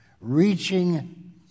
Reaching